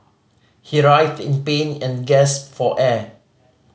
he writhed in pain and gasped for air